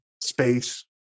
space